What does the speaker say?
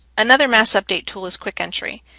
another mass-update tool is quick entry.